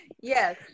yes